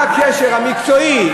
מה הקשר המקצועי?